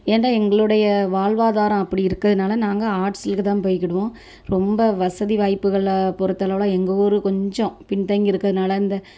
ஏன்டா எங்களுடைய வாழ்வாதாரம் அப்படி இருக்கறதுனால் நாங்கள் ஆர்ட்ஸ் இதுக்குதான் போய்க்கிடுவோம் ரொம்ப வசதி வாய்ப்புகளை பொருத்தளவில் எங்கள் ஊர் கொஞ்சம் பின்தங்கி இருக்கறதுனால் இந்த